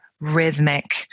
rhythmic